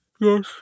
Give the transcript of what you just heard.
Yes